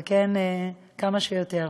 וכן, כמה שיותר.